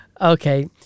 Okay